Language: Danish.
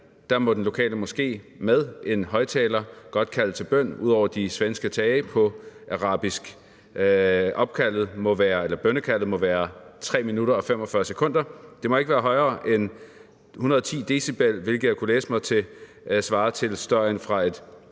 må den lokale moské med en højtaler godt kalde til bøn ud over de svenske tage på arabisk. Bønnekaldet må vare 3 minutter og 45 sekunder, og det må ikke være højere end 110 dB, hvilket jeg kunne læse mig til svarer til støjen fra et